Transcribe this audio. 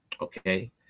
okay